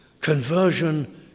Conversion